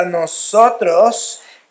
nosotros